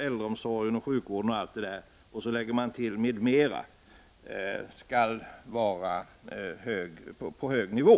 äldreomsorgen, sjukvården och allt det där — och så lägger man till ”m.m.” — skall vara på hög nivå.